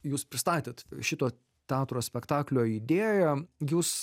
jūs pristatėt šito teatro spektaklio idėją jūs